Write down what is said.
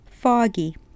Foggy